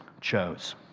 chose